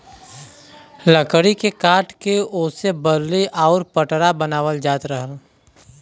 लकड़ी के काट के ओसे बल्ली आउर पटरा बनावल जात रहल